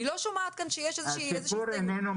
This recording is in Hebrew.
אני לא שומעת כאן שיש איזושהי התנגדות.